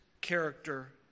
character